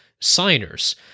signers